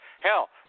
Hell